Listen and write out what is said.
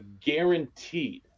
guaranteed